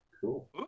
Cool